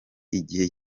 igihe